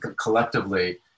collectively